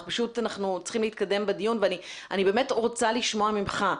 אנחנו צריכים להתקדם בדיון ואני באמת רוצה לשמוע ממך.